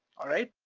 alright?